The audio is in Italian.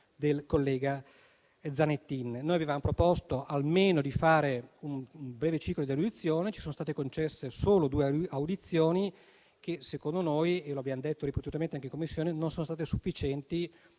del collega Zanettin. Noi avevamo proposto di fare almeno un breve ciclo di audizioni e ce ne sono state concesse solo due che secondo noi, e lo abbiamo detto ripetutamente anche in Commissione, non sono state sufficienti